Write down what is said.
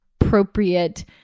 appropriate